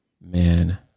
Man